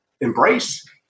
embrace